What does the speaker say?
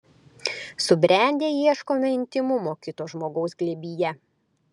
subrendę ieškome intymumo kito žmogaus glėbyje